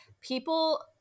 people